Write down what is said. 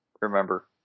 Remember